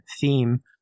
theme